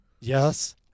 Yes